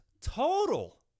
total